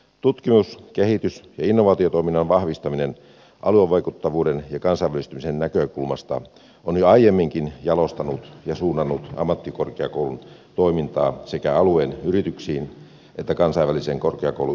tutkimus kehitys ja innovaatiotoiminnan vahvistaminen aluevaikuttavuuden ja kansainvälistymisen näkökulmasta on jo aiemminkin jalostanut ja suunnannut ammattikorkeakoulutoimintaa sekä alueen yrityksiin että kansainväliseen korkeakouluyhteistyöhön